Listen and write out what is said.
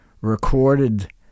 recorded